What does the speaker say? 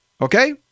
Okay